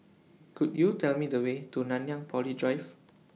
Could YOU Tell Me The Way to Nanyang Poly Drive